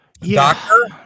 Doctor